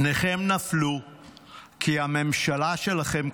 פניכם נפלו כי הממשלה שלכם כשלה,